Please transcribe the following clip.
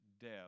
death